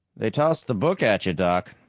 they tossed the book at you, doc,